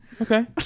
okay